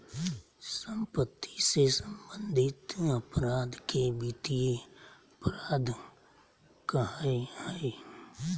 सम्पत्ति से सम्बन्धित अपराध के वित्तीय अपराध कहइ हइ